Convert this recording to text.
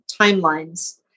timelines